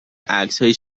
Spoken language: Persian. عکسهای